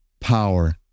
power